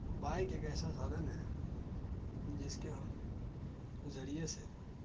bike ایک ایسا سادھن ہے جس کے ہم ذریعے سے